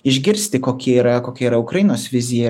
išgirsti kokia yra kokia yra ukrainos vizija